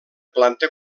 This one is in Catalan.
planta